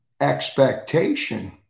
expectation